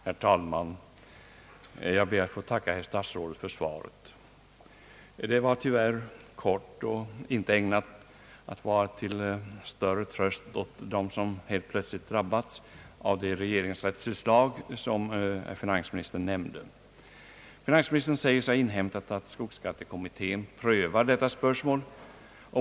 Herr talman! Jag ber att få tacka herr statsrådet för svaret. Det var tyvärr kort och inte ägnat att vara till någon större tröst åt dem som helt plötsligt drabbats av det regeringsrättsutslag som finansministern nämnde. Finansministern säger sig ha inhämtat att skogsskattekommittén prövar detta spörsmål.